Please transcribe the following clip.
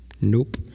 Nope